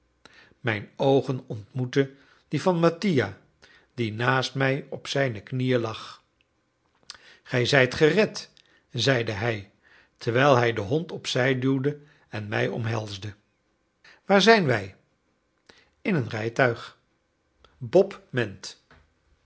mijne oogen ontmoetten die van mattia die naast mij op zijne knieën lag gij zijt gered zeide hij terwijl hij den hond opzij duwde en mij omhelsde waar zijn wij in een rijtuig bob ment